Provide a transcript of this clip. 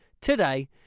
today